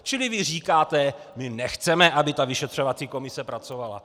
Čili vy říkáte: my nechceme, aby ta vyšetřovací komise pracovala.